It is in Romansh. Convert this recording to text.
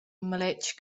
maletg